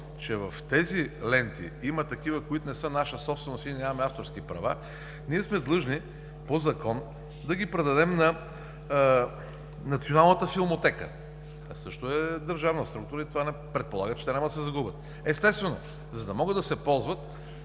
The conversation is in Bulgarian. че в тези ленти има такива, които не са наша собственост, ние нямаме авторски права, ние сме длъжни по Закон да ги предадем на Националната филмотека, тя също е държавна структура и това предполага, че те няма да се загубят. Естествено, за да могат да се ползват,